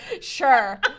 sure